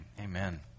Amen